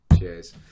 Cheers